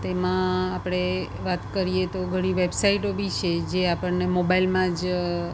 તેમાં આપણે વાત કરીએ તો ઘણી વેબસાઈટો બી છે જે આપણને મોબાઈલમાં જ